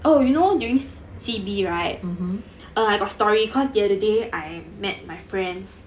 mmhmm